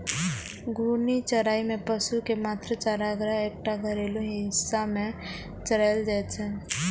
घूर्णी चराइ मे पशु कें मात्र चारागाहक एकटा घेरल हिस्सा मे चराएल जाइ छै